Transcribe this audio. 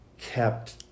kept